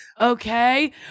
Okay